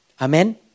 Amen